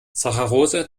saccharose